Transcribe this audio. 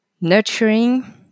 nurturing